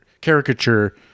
caricature